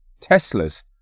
Teslas